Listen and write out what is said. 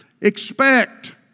Expect